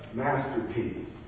masterpiece